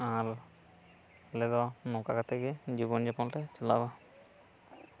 ᱟᱨ ᱟᱞᱮ ᱫᱚ ᱱᱚᱝᱠᱟ ᱠᱟᱛᱮᱜ ᱜᱮ ᱡᱤᱵᱚᱱ ᱡᱟᱯᱚᱱ ᱞᱮ ᱪᱟᱞᱟᱣᱟ